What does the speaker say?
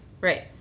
Right